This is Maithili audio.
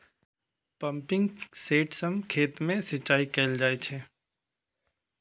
पंपिंग सेट सं खेत मे सिंचाई कैल जाइ छै